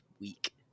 week